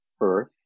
earth